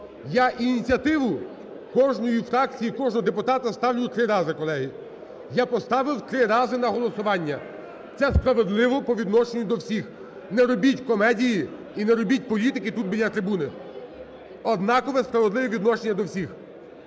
я ініціативу кожної фракції, кожного депутата ставлю три рази, колеги. Я поставив три рази на голосування, це справедливо по відношенню до всіх. Не робіть комедії і не робіть політики тут біля трибуни. Однаково справедливе відношення до всіх.